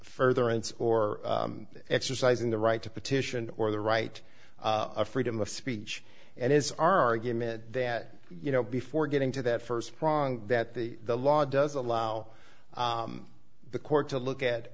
further and or exercising the right to petition or the right to freedom of speech and his argument that you know before getting to that first prong that the the law does allow the court to look at